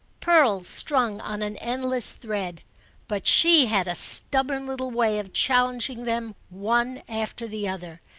pearls strung on an endless thread but she had a stubborn little way of challenging them one after the other,